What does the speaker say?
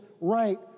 right